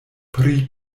pri